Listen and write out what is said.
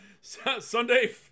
Sunday